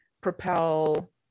propel